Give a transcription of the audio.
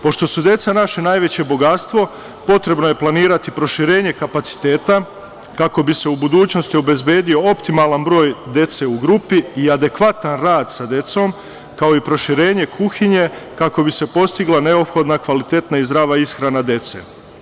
Pošto su deca naše najveće bogatstvo, potrebno je planirati proširenje kapaciteta kako bi se u budućnosti obezbedio optimalan broj dece u grupi i adekvatan rad sa decom, kao i proširenje kuhinje kako bi se postigla neophodna, kvalitetna i zdrava ishrana dece.